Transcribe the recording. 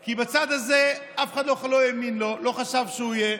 כי בצד הזה אף אחד לא האמין לו, לא חשב שהוא יהיה,